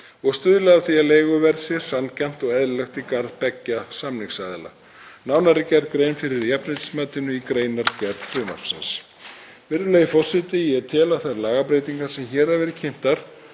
og stuðla að því að leiguverð sé sanngjarnt og eðlilegt í garð beggja samningsaðila. Nánar er gerð grein fyrir jafnréttismatinu í greinargerð frumvarpsins. Virðulegi forseti. Ég tel að þær lagabreytingar sem hér hafa verið kynntar